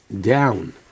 down